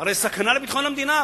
הרי זו סכנה לביטחון המדינה.